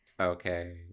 Okay